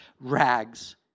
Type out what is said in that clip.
rags